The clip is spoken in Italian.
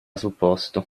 supposto